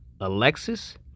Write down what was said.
Alexis